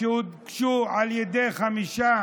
שהוגשו על ידי חמישה